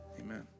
Amen